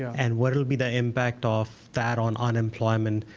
and what will be the impact of that on unemployment,